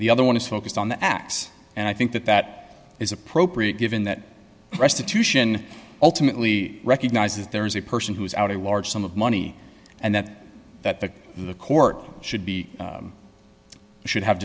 the other one is focused on the x and i think that that is appropriate given that restitution ultimately recognizes there is a person who is out a large sum of money and that that that the court should be should have